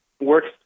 works